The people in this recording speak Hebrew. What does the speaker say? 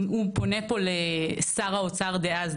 הוא פונה פה לשר האוצר דאז,